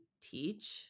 teach